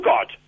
God